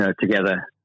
together